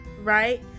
right